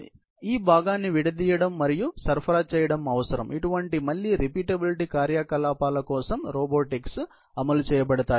కాబట్టి ఈ భాగాన్ని విడదీయడం మరియు సరఫరా చేయడం అవసరం ఇటువంటి మళ్ళీ రిపీటబిలిటీ కార్యకలాపాల కోసం రోబోటిక్స్ అమలు చేయబడతాయి